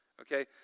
Okay